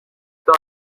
قرص